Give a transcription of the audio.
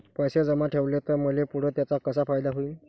पैसे जमा ठेवले त मले पुढं त्याचा कसा फायदा होईन?